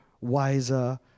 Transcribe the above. wiser